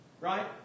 Right